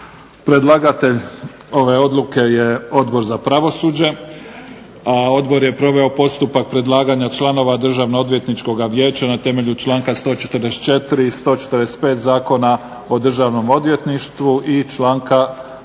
Predlagatelj ove odluke je Odbor za pravosuđe. A odbor je proveo postupak predlaganja članova Državnoodvjetničkog vijeća na temelju članka 144. i 145. Zakona o Državnom odvjetništvu i članka